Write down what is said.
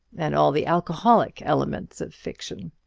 and all the alcoholic elements of fiction.